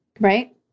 Right